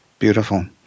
Beautiful